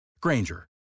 Granger